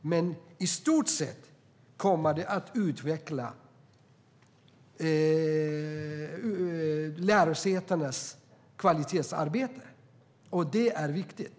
Men i stort sett kommer det att utveckla lärosätenas kvalitetsarbete. Det är viktigt.